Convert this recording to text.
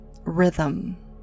rhythm